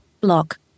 Block